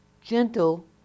gentle